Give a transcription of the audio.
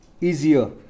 easier